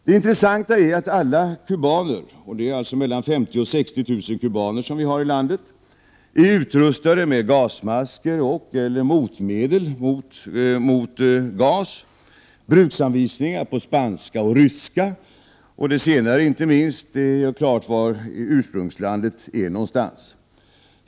Det intressanta är att alla kubaner — det finns mellan 50 000 och 60 000 kubaner i Angola — är utrustade med gasmasker och/eller motmedel mot gas samt bruksanvisningar på spanska och ryska. Inte minst det senare klargör vilket ursprungslandet är.